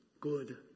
Good